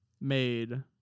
made